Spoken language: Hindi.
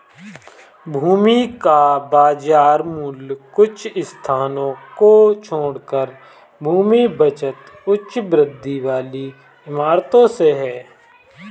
भूमि का बाजार मूल्य कुछ स्थानों को छोड़कर भूमि बचत उच्च वृद्धि वाली इमारतों से है